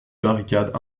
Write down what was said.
barricades